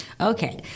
Okay